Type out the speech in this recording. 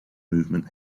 movement